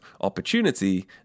opportunity